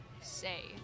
say